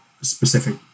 specific